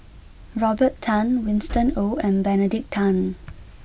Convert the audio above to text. Robert Tan Winston Oh and Benedict Tan